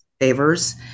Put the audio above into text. favors